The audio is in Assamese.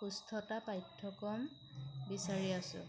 সুস্থতা পাঠ্যক্ৰম বিচাৰি আছোঁ